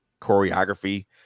choreography